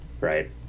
right